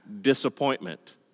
disappointment